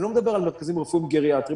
אני לא מדבר על מרכזים רפואיים גריאטריים,